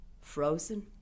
frozen